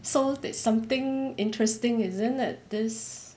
so it's something interesting isn't it this